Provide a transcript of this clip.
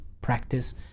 practice